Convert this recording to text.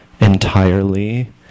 Entirely